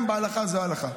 גם בהלכה זו ההלכה.